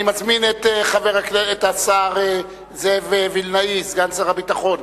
אני מזמין את השר וילנאי, סגן שר הביטחון,